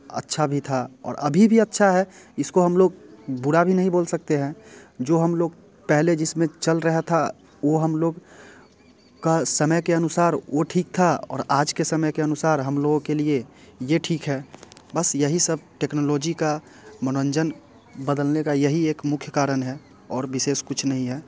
अच्छा भी था और अभी भी अच्छा है इसको हम लोग बुरा भी नहीं बोल सकते हैं जो हम लोग पहले जिस में चल रहा था वो हम लोग के समय के अनुसार वो ठीक था और आज के समय के अनुसार हम लोगों के लिए ये ठीक है बस यही सब टेक्नोलॉजी का मनोरंजन बदलने का यही एक मुख्य कारण है और विशेष कुछ नहीं है